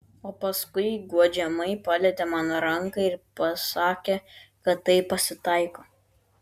o paskui guodžiamai palietė man ranką ir pasakė kad taip pasitaiko